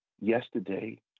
yesterday